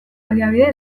baliabide